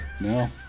no